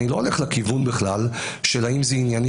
אני לא הולך לכיוון בכלל של האם זה ענייני